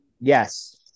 Yes